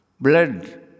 Blood